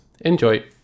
Enjoy